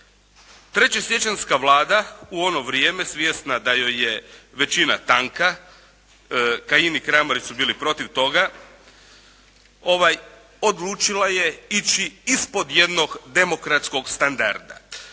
3. siječanjska Vlada u ono vrijeme svjesna da joj je većina tanka Kajin i Kramarić su bili protiv toga, odlučila je ići ispod jednog demokratskog standarda.